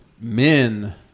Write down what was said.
men